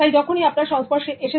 যখনই আপনার সংস্পর্শে এসেছে